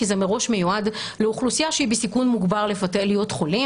כי זה מראש מיועד לאוכלוסייה שהיא בסיכון מוגבר להיות חולים.